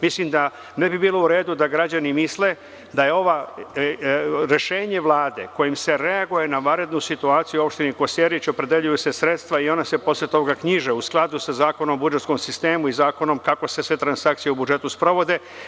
Mislim da ne bi bilo u redu da građani misle da rešenjem Vlade kojim se reaguje na vanrednu situaciju u opštini Kosjerić opredeljuju se sredstva i ona se posle toga knjiže u skladu sa Zakonom o budžetskom sistemu i kako se sve transakcije u budžetu sprovode.